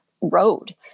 road